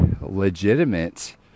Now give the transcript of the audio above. legitimate